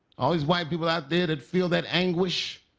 all these white people out there that feel that anguish,